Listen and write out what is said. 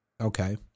okay